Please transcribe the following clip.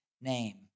name